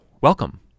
Welcome